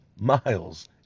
miles